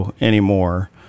anymore